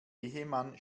ehemann